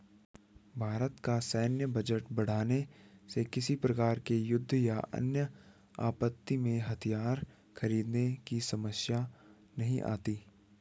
भारत का सैन्य बजट बढ़ाने से किसी प्रकार के युद्ध या अन्य आपत्ति में हथियार खरीदने की समस्या नहीं आती